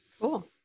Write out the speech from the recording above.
Cool